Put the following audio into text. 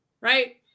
right